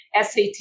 SAT